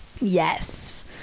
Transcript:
Yes